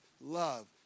love